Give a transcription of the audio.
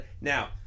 now